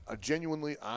genuinely